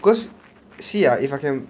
cause you see ah if I can